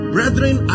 Brethren